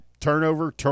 turnover